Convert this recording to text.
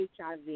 HIV